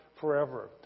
forever